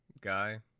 guy